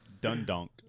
Dun-donk